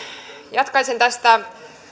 jatkaisin tästä